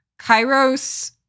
Kairos